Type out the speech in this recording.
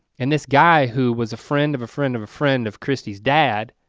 and this guy who was a friend of a friend of a friend of christy's dad,